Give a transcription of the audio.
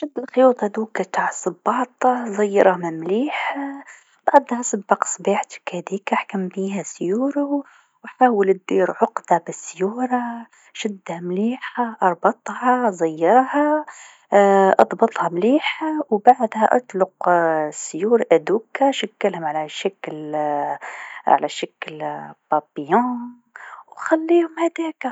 شد الخيوط هذوكا تع الصباط، زيرهم مليح بعدها سبق سباحتك هاذيك حكم بيها السيور و حاول دير عقده بالسيور و حاول دير عقدة بالسيور، شدها مليح ربطها، زيرها أضبطها مليح و بعدها أطلق السيور هذوك، شكلهم على شكل- على شكل فراشة و خليهم هذاك.